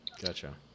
gotcha